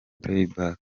playback